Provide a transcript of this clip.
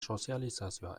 sozializazioa